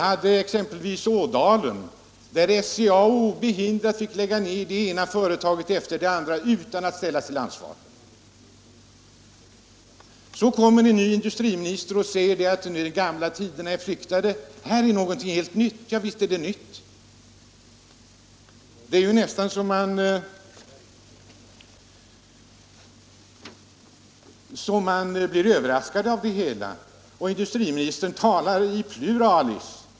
I exempelvis Ådalen fick SCA obehindrat lägga ner det ena företaget efter det andra, utan att ställas till ansvar. Så kommer en ny industriminister och säger att de gamla tiderna är flyktade och att det här är något helt nytt. Javisst är det nytt. Man blir nästan överraskad. Och industriministern Nr 67 talar i pluralis.